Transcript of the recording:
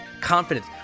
confidence